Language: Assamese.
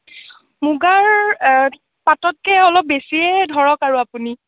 মুগাৰ পাটতকে অলপ বেছিয়ে ধৰক আৰু আপুনি